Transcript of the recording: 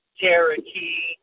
Cherokee